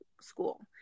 school